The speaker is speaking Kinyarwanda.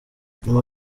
nyuma